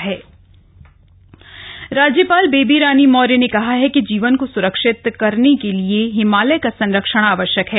हिमालय दिवस राज्यपाल बेबी रानी मौर्य ने कहा है कि जीवन को सुरक्षित करने के लिए हिमालय का संरक्षण आवश्यक है